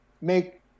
make